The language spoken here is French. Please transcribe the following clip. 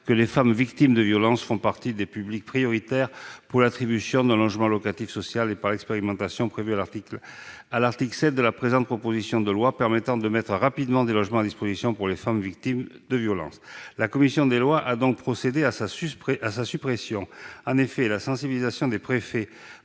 que les femmes victimes de violences font partie des publics prioritaires pour l'attribution d'un logement locatif social et par l'expérimentation prévue à l'article 7 de la présente proposition de loi permettant de mettre rapidement des logements à disposition pour les femmes victimes de violences. La commission des lois a donc procédé à sa suppression. En effet, la sensibilisation des préfets